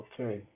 Okay